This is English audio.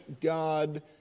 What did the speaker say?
God